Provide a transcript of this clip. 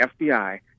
FBI